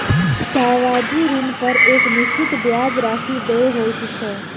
सावधि ऋणपर एक निश्चित ब्याज राशि देय होइत छै